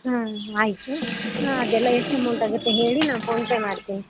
ಹಾಂ ಆಯಿತು ಹಾಂ ಅದೆಲ್ಲ ಎಷ್ಟು ಅಮೌಂಟ್ ಆಗುತ್ತೆ ಹೇಳಿ ನಾವು ಫೋನ್ಪೇ ಮಾಡ್ತೀನಿ